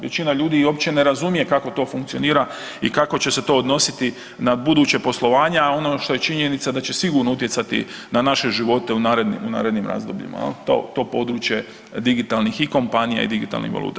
Većina ljudi uopće ne razumije kako to funkcionira i kako će se to odnositi na buduće poslovanje, a ono što je činjenica, da će sigurno utjecati na naše živote u narednim razdobljima, to područje digitalnih i kompanija i digitalnih valuta.